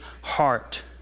heart